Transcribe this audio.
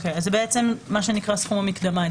זה מה שנקרא סכום המקדמה,